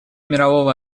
мирового